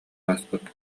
ааспыт